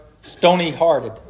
stony-hearted